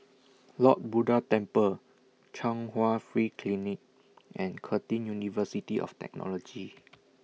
Lord Buddha Temple Chung Hwa Free Clinic and Curtin University of Technology